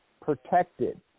protected